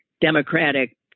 Democratic